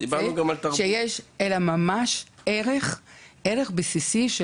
אלא זה ערך בסיסי,